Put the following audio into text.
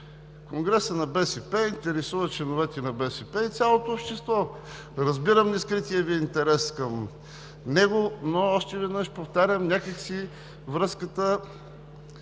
Конгресът на БСП интересува членовете на БСП и цялото общество. Разбирам нескрития Ви интерес към него, но още веднъж повтарям – някак си връзката